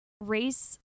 race